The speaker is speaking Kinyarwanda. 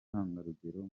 nk’intangarugero